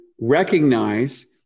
recognize